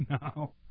No